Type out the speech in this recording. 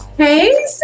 Hey